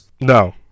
no